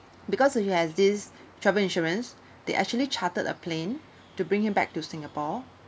because he has this travel insurance they actually chartered a plane to bring him back to singapore